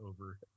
over